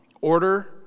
Order